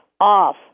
off